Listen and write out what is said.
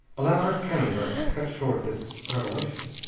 a louder cannon burst cut short this revelation.